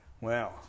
Wow